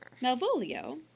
Malvolio